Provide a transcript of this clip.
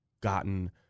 gotten